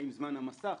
האם זמן המסך,